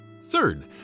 Third